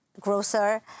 grocer